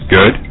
Good